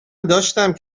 داشتم